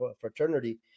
fraternity